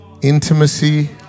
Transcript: intimacy